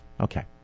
Okay